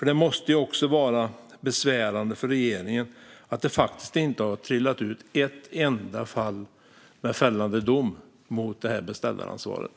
Det måste även vara besvärande för regeringen att inte ett enda fall med fällande dom har trillat ut när det gäller beställaransvaret.